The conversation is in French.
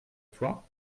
toi